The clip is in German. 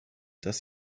dass